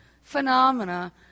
phenomena